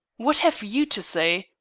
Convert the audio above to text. what have you to say?